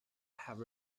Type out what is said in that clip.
have